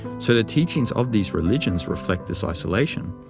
so the teachings of these religions reflect this isolation,